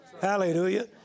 Hallelujah